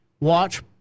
Watch